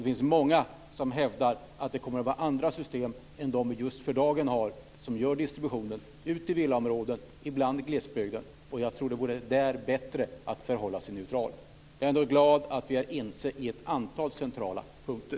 Det finns många som hävdar att det kommer att vara andra system än de vi just för dagen har som tar hand om distributionen ut till villaområden och ibland i glesbygden. Jag tror att det vore bättre att förhålla sig neutral där. Jag är ändå glad att vi är ense på ett antal centrala punkter.